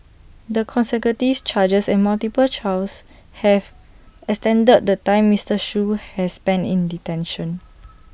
the consecutive charges and multiple trials have extended the time Mister Shoo has spent in detention